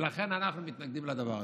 ולכן אנחנו מתנגדים לדבר הזה.